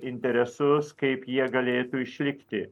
interesus kaip jie galėtų išlikti